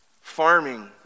farming